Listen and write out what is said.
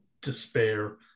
despair